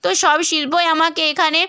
তো সব শিল্পই আমাকে এখানে